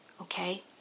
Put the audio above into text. okay